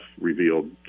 revealed